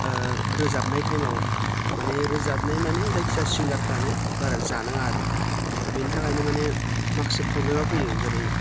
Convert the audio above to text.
ओ रोजाबनाय टाइमाव माने रोजाबनाय माने जायखिया सिंगारफ्रानो बारा जानाङा आरो बिनि थाखायनो माने माखासे प्रब्लेमा फैयो जेरै